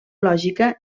lògica